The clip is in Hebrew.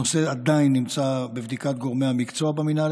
הנושא עדיין נמצא בבדיקה של גורמי המקצוע במינהל